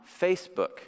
Facebook